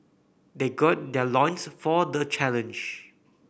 they gird their loins for the challenge